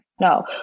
no